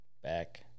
Back